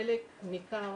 חלק ניכר,